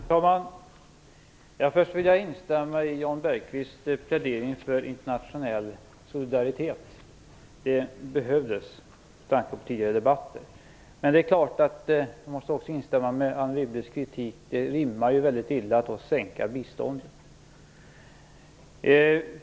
Herr talman! Först vill jag instämma i Jan Bergqvist plädering för internationell solidaritet. Det behövdes med tanke på tidigare debatter. Men jag måste också instämma i Anne Wibbles kritik att det då rimmar väldigt illa att sänka biståndet.